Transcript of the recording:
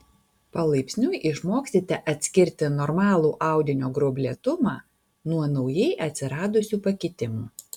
palaipsniui išmoksite atskirti normalų audinio gruoblėtumą nuo naujai atsiradusių pakitimų